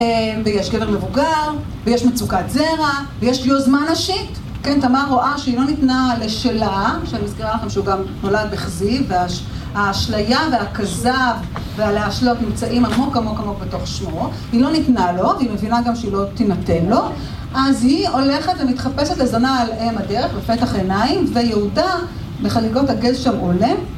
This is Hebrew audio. ויש קבר מבוגר, ויש מצוקת זרע, ויש יוזמה נשית. כן, תמר רואה שהיא לא ניתנה לשלה, שאני אזכירה לכם שהוא גם נולד בכזיב, וההשליה והכזב והלהשלות נמצאים עמוק, עמוק, עמוק בתוך שמו. היא לא ניתנה לו, והיא מבינה גם שהיא לא תינתן לו. אז היא הולכת ומתחפשת לזונה על אם הדרך, בפתח עיניים, ויהודה בחגיגות הגז שם עולה.